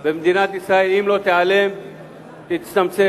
במדינת ישראל, אם לא תיעלם, תצטמצם.